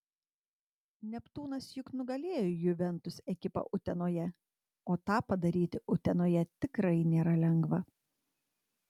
neptūnas juk nugalėjo juventus ekipą utenoje o tą padaryti utenoje tikrai nėra lengva